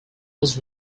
was